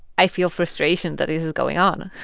i feel frustration that is is going on.